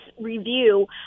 review